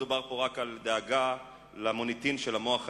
ולא מדובר פה רק על דאגה למוניטין של המוח היהודי.